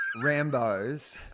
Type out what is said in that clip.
Rambo's